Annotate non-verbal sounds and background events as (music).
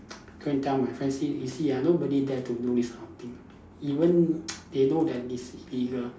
go and tell my friend you see you see ah nobody dare to do this kind of thing even (noise) they know that it is illegal